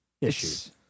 issues